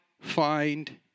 find